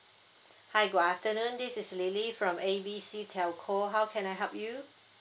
hi good afternoon this is lily from A B C telco how can I help you